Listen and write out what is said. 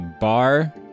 bar